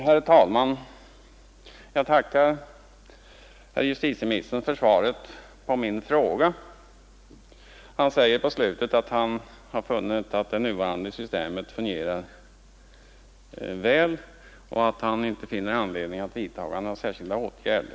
Herr talman! Jag tackar herr justitieministern för svaret på min fråga. Han säger på slutet att han funnit att det nuvarande systemet fungerar väl och att han inte finner anledning vidta några särskilda åtgärder.